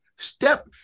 Step